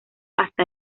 hasta